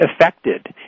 affected